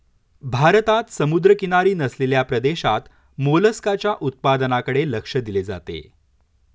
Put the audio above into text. भारतात समुद्रकिनारी नसलेल्या प्रदेशात मोलस्काच्या उत्पादनाकडे लक्ष दिले जाते